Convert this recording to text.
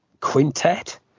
quintet